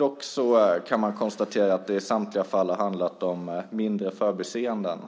Man kan dock konstatera att det i samtliga fall har handlat om smärre förbiseenden.